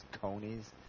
conies